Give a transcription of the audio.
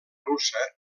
russa